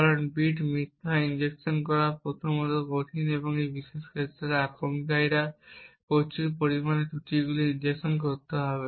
কারণ বিট মিথ্যা ইনজেকশন করা প্রথমত কঠিন এবং এই বিশেষ ক্ষেত্রে আক্রমণকারীকে প্রচুর পরিমাণে ত্রুটিগুলি ইনজেকশন করতে হবে